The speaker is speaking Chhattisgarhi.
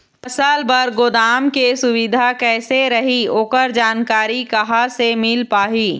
फसल बर गोदाम के सुविधा कैसे रही ओकर जानकारी कहा से मिल पाही?